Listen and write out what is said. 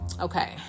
okay